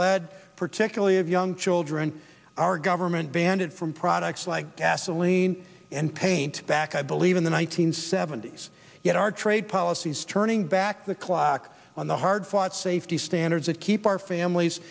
lead particularly of young children our government banned it from products like gasoline and paint back i believe in the one nine hundred seventy s yet our trade policies turning back the clock on the hard fought safety standards that keep our families